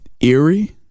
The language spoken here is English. eerie